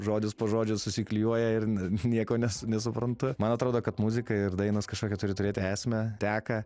žodis po žodžio susiklijuoja ir nieko ne nesuprantu man atrodo kad muzika ir dainos kažkokia turi turėt esmę teką